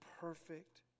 perfect